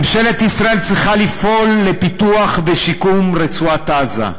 ממשלת ישראל צריכה לפעול לפיתוח ושיקום רצועת-עזה,